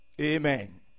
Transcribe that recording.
Amen